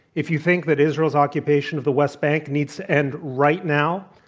if you think that israel's occupation of the west bank needs to end right now,